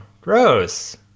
gross